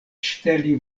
ŝteli